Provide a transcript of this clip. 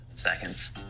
seconds